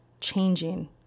changing